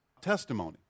testimony